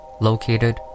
located